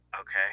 Okay